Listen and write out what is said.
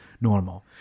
normal